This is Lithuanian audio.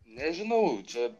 nežinau čia